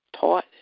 taught